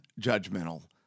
judgmental